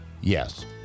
yes